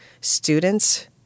students